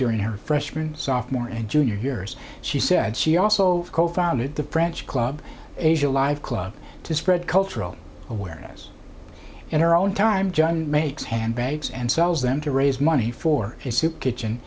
during her freshman sophomore and junior years she said she also co founded the branch club asia live club to spread cultural awareness in her own time john makes handbags and sells them to raise money for a soup kitchen